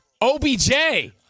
OBJ